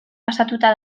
pasatuta